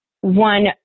one